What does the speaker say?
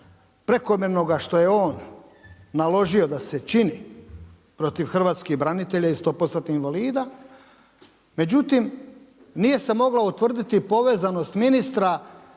prekomjernoga što je on naložio da se čini protiv hrvatskih branitelja i 100%-tnih invalida. Međutim, nije se mogla utvrditi povezanost ministra